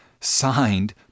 Signed